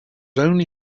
only